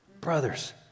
brothers